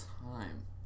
time